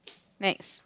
next